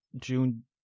June